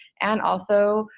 and also,